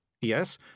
yes